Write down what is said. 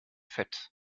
fett